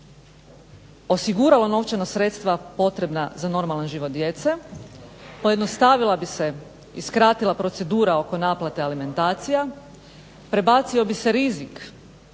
osiguralo novčana sredstva potrebna za normalan život djece, pojednostavila bi se i skratila procedura oko naplate alimentacija, prebacio bi se rizik